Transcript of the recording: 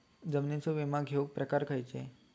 जीवनाचो विमो घेऊक प्रकार खैचे?